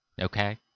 Okay